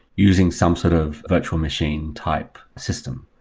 using some sort of virtual machine type system.